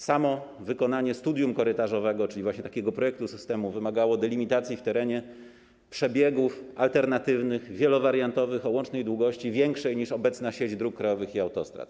Samo wykonanie studium korytarzowego, czyli właśnie takiego projektu systemu, wymagało delimitacji w terenie przebiegów alternatywnych, wielowariantowych o łącznej długości większej niż długość obecnej sieci dróg krajowych i autostrad.